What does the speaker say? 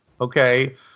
okay